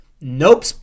Nope